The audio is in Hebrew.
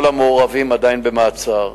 כל המעורבים עדיין במעצר.